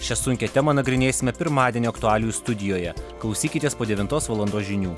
šia sunkia tema nagrinėsime pirmadienio aktualijų studijoje klausykitės po devintos valandos žinių